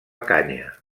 canya